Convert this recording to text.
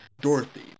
dorothy